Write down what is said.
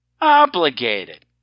Obligated